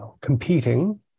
competing